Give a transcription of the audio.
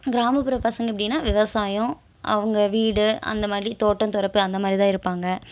கிராமப்புற பசங்கள் எப்படின்னா விவசாயம் அவங்க வீடு அந்த மாதிரி தோட்டம் தொறப்பு அந்த மாதிரி தான் இருப்பாங்கள்